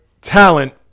talent